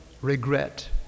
regret